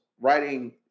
writing